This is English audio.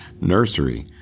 nursery